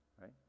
right